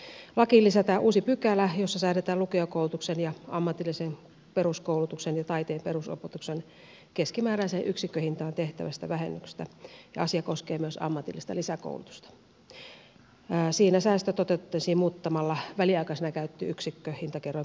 lakiin lisätään uusi pykälä jossa säädetään lukiokoulutuksen ja ammatillisen peruskoulutuksen ja taiteen perusopetuksen keskimääräiseen yksikköhintaan tehtävästä vähennyksestä ja asia koskee myös ammatillista lisäkoulutusta siinä säästö toteutettaisiin muuttamalla väliaikaisena käytetty yksikköhintakerroin pysyväksi